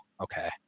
okay